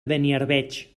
beniarbeig